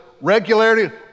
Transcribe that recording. regularity